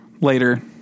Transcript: later